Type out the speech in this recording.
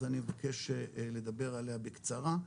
אז אני מבקש לדבר עליה בקצרה.